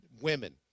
Women